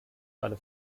gerade